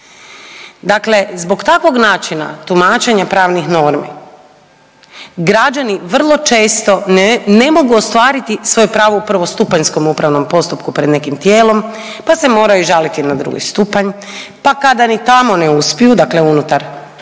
Dakle, zbog takvog načina tumačenja pravnih normi, građani vrlo često ne mogu ostvariti svoje pravo u prvostupanjskom upravnom postupku pred nekim tijelom pa se moraju žaliti na drugi stupanj, pa kada ni tamo ne uspiju dakle unutar javne